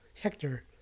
Hector